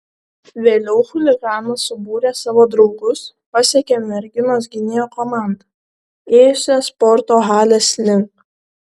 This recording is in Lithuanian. vėliau chuliganas subūręs savo draugus pasekė merginos gynėjo komandą ėjusią sporto halės link